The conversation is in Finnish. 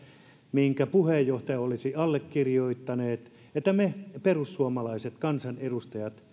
minkä puheenjohtaja olisi allekirjoittanut että me perussuomalaiset kansanedustajat